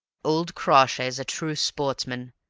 old crawshay's a true sportsman,